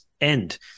end